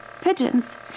Pigeons